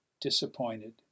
disappointed